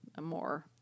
more